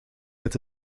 met